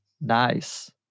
Nice